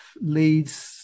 leads